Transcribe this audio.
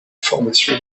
formation